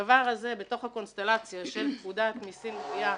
הדבר הזה, בתוך הקונסטלציה של פקודת מסים (גבייה)